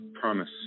promise